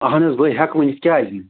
اہن حظ بٔے ہٮ۪کہٕ ؤنِتھ کیٛاز نہٕ